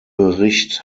bericht